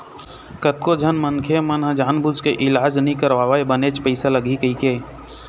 कतको झन मनखे मन ह जानबूझ के इलाज नइ करवाय बनेच पइसा लगही कहिके